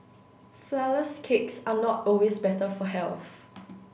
flour less cakes are not always better for health